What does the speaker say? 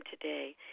today